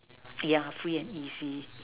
yeah free and easy